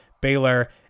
Baylor